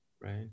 right